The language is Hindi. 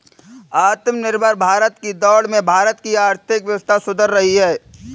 आत्मनिर्भर भारत की दौड़ में भारत की आर्थिक व्यवस्था सुधर रही है